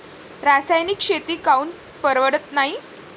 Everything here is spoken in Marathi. रासायनिक शेती काऊन परवडत नाई?